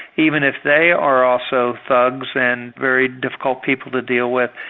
even if they are also thugs and very difficult people to deal with,